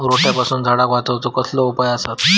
रोट्यापासून झाडाक वाचौक कसले उपाय आसत?